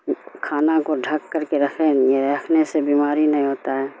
کھانا کو ڈھک کر کے رکھ رکھنے سے بیماری نہیں ہوتا ہے